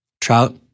Trout